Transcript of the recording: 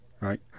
right